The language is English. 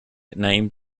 named